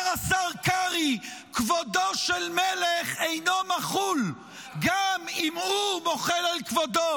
אומר השר קרעי: כבודו של מלך אינו מחול גם אם הוא מוחל על כבודו.